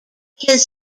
his